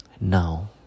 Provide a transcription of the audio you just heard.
Now